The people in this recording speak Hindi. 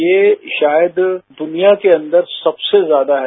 ये शायद दुनिया के अन्दर सबसे ज्यादा है